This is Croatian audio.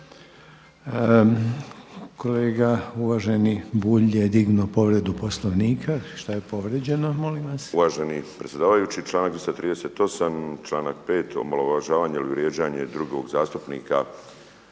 Kolega uvaženi Bulj je dignuo povredu Poslovnika. Što je povrijeđeno molim vas? **Bulj, Miro (MOST)** Uvaženi predsjedavajući, članak 238., članak 5. omalovažavanje ili vrijeđanje drugog zastupnika.